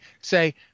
Say